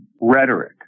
rhetoric